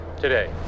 today